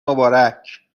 مبارک